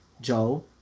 Joe